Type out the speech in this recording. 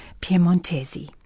Piemontesi